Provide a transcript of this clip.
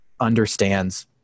understands